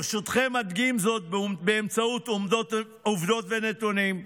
ברשותכם, אדגים זאת באמצעות עובדות ונתונים.